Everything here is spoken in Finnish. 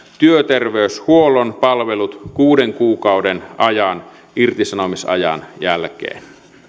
työterveyshuollon palvelut kuuden kuukauden ajan irtisanomisajan jälkeen